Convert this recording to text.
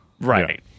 right